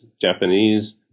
Japanese